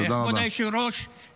כבוד היושב-ראש -- תודה רבה.